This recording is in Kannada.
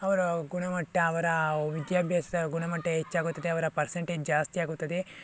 ಅವರ ಗುಣಮಟ್ಟ ಅವರ ವಿದ್ಯಾಭ್ಯಾಸ ಗುಣಮಟ್ಟ ಹೆಚ್ಚಾಗುತ್ತದೆ ಅವರ ಪರ್ಸಂಟೇಜ್ ಜಾಸ್ತಿಯಾಗುತ್ತದೆ